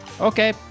Okay